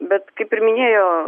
bet kaip ir minėjo